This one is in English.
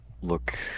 look